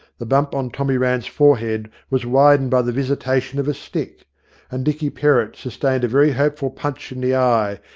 the bump on tommy rann's forehead was widened by the visitation of a stick and dicky perrott sustained a very hopeful punch in the eye,